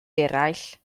eraill